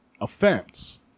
offense